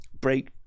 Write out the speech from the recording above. break